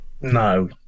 no